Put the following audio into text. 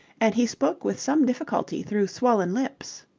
and he spoke with some difficulty through swollen lips.